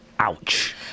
Ouch